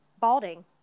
balding